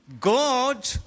God